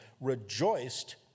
rejoiced